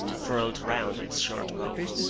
furled round its short pole.